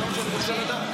זה מה שאני רוצה לדעת.